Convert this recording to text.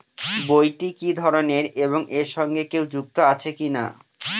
বইটি কি ধরনের এবং এর সঙ্গে কেউ যুক্ত আছে কিনা?